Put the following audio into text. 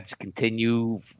continue